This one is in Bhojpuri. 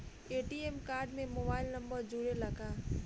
ए.टी.एम कार्ड में मोबाइल नंबर जुरेला का?